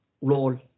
role